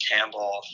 Campbell